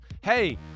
Hey